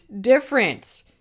different